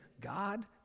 God